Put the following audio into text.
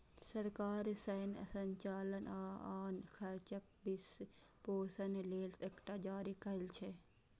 सरकार सैन्य संचालन आ आन खर्चक वित्तपोषण लेल एकरा जारी करै छै